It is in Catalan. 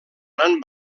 gran